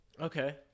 Okay